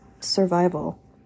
survival